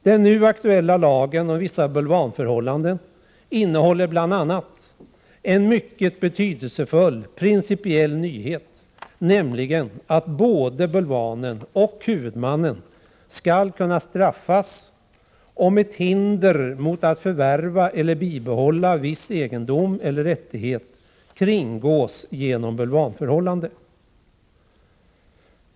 Den nu aktuella lagen om vissa bulvanförhållanden innehåller bl.a. en mycket betydelsefull principiell nyhet, nämligen att både bulvanen och huvudmannen skall kunna straffas om ett hinder mot att förvärva eller behålla viss egendom eller rättighet kringgås genom bulvanförhållanden.